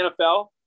NFL